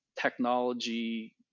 technology